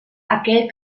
aquell